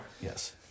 Yes